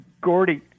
Gordy